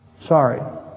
Sorry